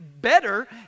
better